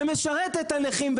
שמשרת את הנכים,